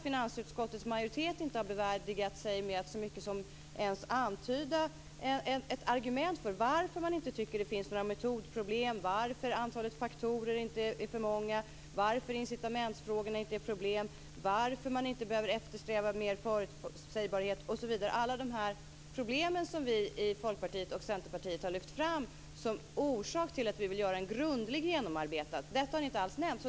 Finansutskottets majoritet har inte bevärdigat sig att ens antyda ett enda argument för varför man inte tycker att det finns några metodproblem, varför antalet faktorer inte är för många, varför incitamentsfrågorna inte är ett problem, varför man inte behöver eftersträva mer förutsägbarhet osv. Alla de här problemen har vi i Folkpartiet och även Centerpartiet lyft fram som orsak till att vi vill göra en grundlig genomarbetning. Detta har ni inte alls nämnt.